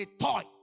toy